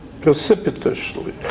precipitously